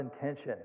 intention